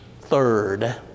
Third